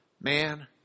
Man